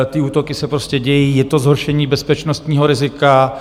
Ty útoky se prostě dějí, je to zhoršení bezpečnostního rizika.